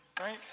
right